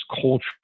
culture